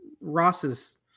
Ross's